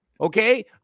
Okay